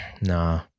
Nah